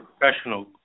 professional